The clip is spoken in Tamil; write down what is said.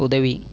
உதவி